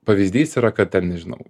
pavyzdys yra kad ten nežinau